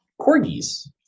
Corgis